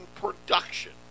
production